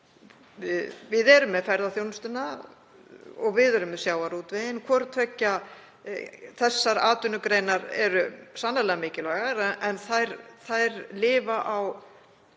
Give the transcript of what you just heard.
Við erum með ferðaþjónustuna og við erum með sjávarútveginn. Báðar þessar atvinnugreinar eru sannarlega mikilvægar en þær lifa á